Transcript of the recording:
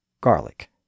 garlic